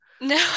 No